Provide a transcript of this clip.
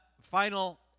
final